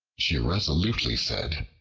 she resolutely said,